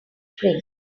spring